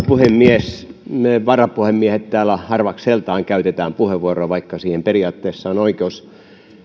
puhemies me varapuhemiehet täällä harvakseltaan käytämme puheenvuoroa vaikka siihen periaatteessa on oikeus